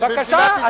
בבקשה.